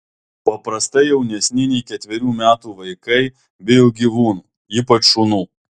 paprastai jaunesni nei ketverių metų vaikai bijo gyvūnų ypač šunų